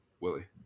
Willie